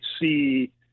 see